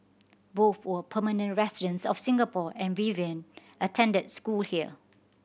both were permanent residents of Singapore and Vivian attended school here